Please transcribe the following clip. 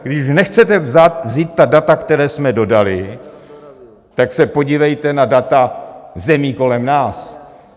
Když nechcete vzít ta data, která jsme dodali, tak se podívejte na data zemí kolem nás.